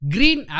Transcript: Green